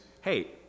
hey